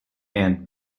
and